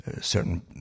Certain